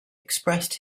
expressed